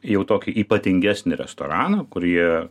jau tokį ypatingesnį restoraną kur jie